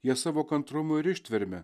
jie savo kantrumu ir ištverme